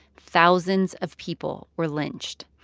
thousands of people were lynched.